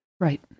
Right